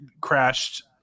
crashed